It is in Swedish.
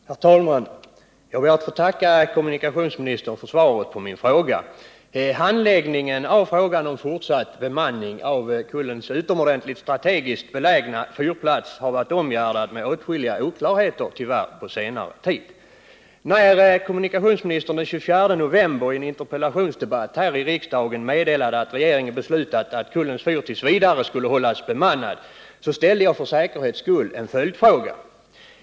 Herr talman! Jag ber att få tacka kommunikationsministern för svaret på min fråga. Handläggningen av frågan om fortsatt bemanning av Kullens utomordentligt strategiskt belägna fyrplats har tyvärr varit omgärdad med åtskilliga oklarheter på senare tid. När kommunikationsministern den 24 november i en interpellationsdebatt här i riksdagen meddelade att regeringen beslutat att Kullens fyr t. v. skulle hållas bemannad ställde jag för säkerhets skull en följdfråga.